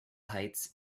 heights